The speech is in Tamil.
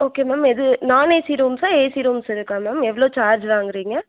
ஓகே மேம் எது நான் ஏசி ரூம்ஸா ஏசி ரூம்ஸ் இருக்கா மேம் எவ்வளோ சார்ஜ் வாங்குறீங்க